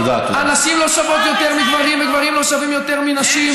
הנשים לא שוות יותר מגברים וגברים לא שווים יותר מנשים.